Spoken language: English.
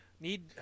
Need